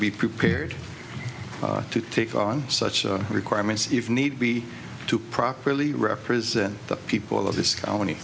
be prepared to take on such requirements if need be to properly represent the people of this co